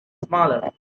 smaller